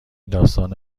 داستان